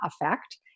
effect